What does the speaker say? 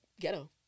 ghetto